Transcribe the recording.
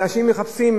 אנשים מחפשים,